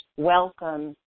Welcome